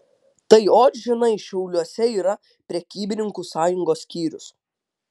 tai ot žinai šiauliuose yra prekybininkų sąjungos skyrius